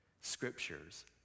scriptures